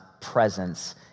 presence